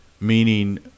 meaning